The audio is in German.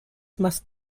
machst